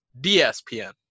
DSPN